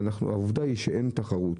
והעובדה היא שאין תחרות,